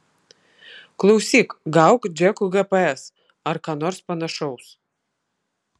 klausyk gauk džekui gps ar ką nors panašaus